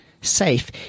safe